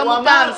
זה לא מותאם.